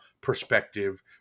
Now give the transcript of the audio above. perspective